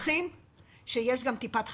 ושוכחים שיש גם טיפת חלב.